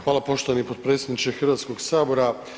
Hvala poštovani potpredsjedniče Hrvatskog sabora.